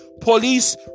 police